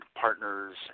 partners